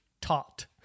taught